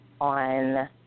on